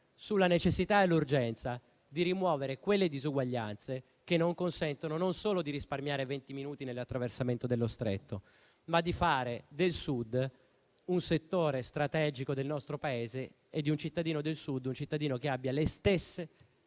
sulla necessità e l'urgenza di rimuovere quelle disuguaglianze che non consentono, non solo di risparmiare venti minuti nell'attraversamento dello Stretto, ma di fare del Sud un settore strategico del nostro Paese e di un cittadino del Sud un cittadino che abbia le stesse